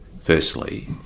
firstly